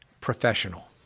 professional